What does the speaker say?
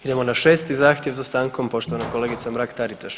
Idemo na 6. zahtjev za stankom, poštovana kolegica Mrak Taritaš.